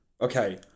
Okay